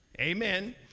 Amen